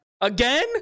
Again